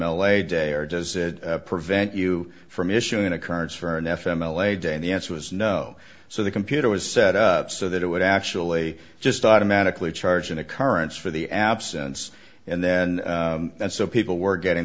a day or does it prevent you from issuing occurrence for n f m l a day and the answer was no so the computer was set up so that it would actually just automatically charge an occurrence for the absence and then and so people were getting